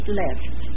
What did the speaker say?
left